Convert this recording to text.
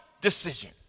decision